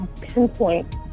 pinpoint